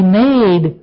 made